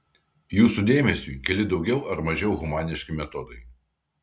jūsų dėmesiui keli daugiau ar mažiau humaniški metodai